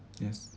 yes